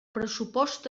pressupost